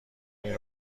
این